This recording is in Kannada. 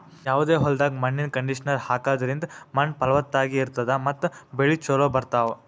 ಯಾವದೇ ಹೊಲ್ದಾಗ್ ಮಣ್ಣಿನ್ ಕಂಡೀಷನರ್ ಹಾಕದ್ರಿಂದ್ ಮಣ್ಣ್ ಫಲವತ್ತಾಗಿ ಇರ್ತದ ಮತ್ತ್ ಬೆಳಿ ಚೋಲೊ ಬರ್ತಾವ್